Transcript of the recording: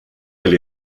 elle